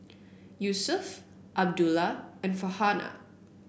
Yusuf Abdullah and Farhanah